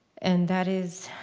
and that is